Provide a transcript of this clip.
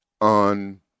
on